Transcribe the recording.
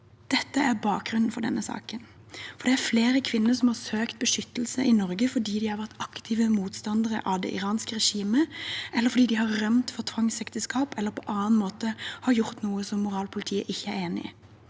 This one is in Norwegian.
Dette er bakgrunnen for denne saken. Det er flere kvinner som har søkt beskyttelse i Norge fordi de har vært aktive motstandere av det iranske regimet, eller fordi de har rømt fra tvangsekteskap eller på annen måte har gjort noe som moralpolitiet ikke er enig i.